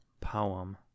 Poem